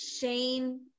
Shane